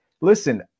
Listen